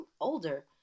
older